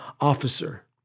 officer